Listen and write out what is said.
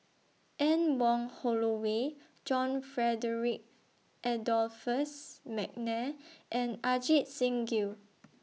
Anne Wong Holloway John Frederick Adolphus Mcnair and Ajit Singh Gill